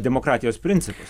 demokratijos principus